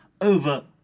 over